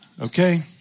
Okay